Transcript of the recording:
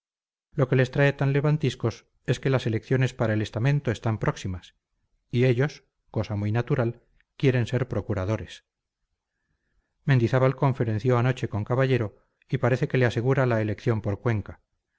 lo que les trae tan levantiscos es que las elecciones para el estamento están próximas y ellos cosa muy natural quieren ser procuradores mendizábal conferenció anoche con caballero y parece que le asegura la elección por cuenca